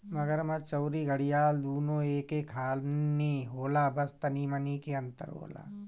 मगरमच्छ अउरी घड़ियाल दूनो एके खानी होला बस तनी मनी के अंतर होला